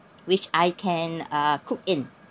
which I can uh cook in